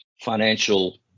financial